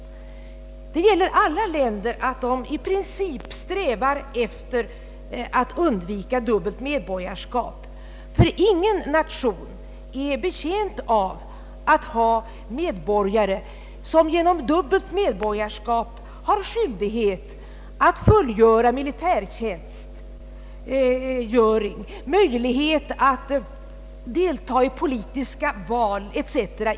I princip strävar alla länder efter att undvika dubbelt medborgarskap, ty ingen nation är betjänt av att ha medborgare som genom dubbelt medborgarskap har skyldighet att fullgöra militärtjänstgöring, har möjlighet att delta i politiska val etc.